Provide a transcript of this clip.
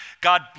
God